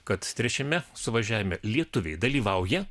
kad trečiame suvažiavime lietuviai dalyvauja